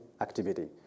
activity